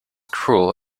cruel